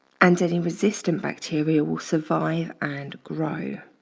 and any resistant bacteria will survive and grow.